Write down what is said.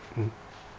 mm